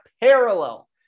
parallel